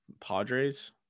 Padres